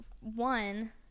One